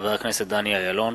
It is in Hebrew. חבר הכנסת דניאל אילון,